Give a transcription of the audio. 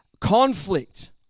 conflict